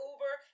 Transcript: Uber